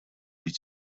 být